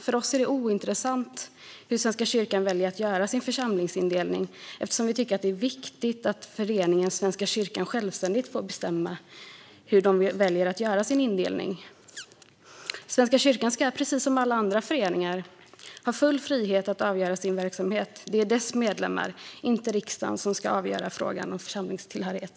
För oss är det ointressant hur Svenska kyrkan väljer att göra sin församlingsindelning, eftersom vi tycker att det är viktigt att föreningen Svenska kyrkan självständigt får bestämma hur man väljer att göra sin indelning. Svenska kyrkan ska precis som alla andra föreningar ha full frihet att avgöra sin verksamhet. Det är dess medlemmar, inte riksdagen, som ska avgöra frågan om församlingstillhörighet.